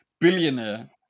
billionaire